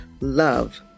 Love